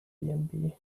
airbnb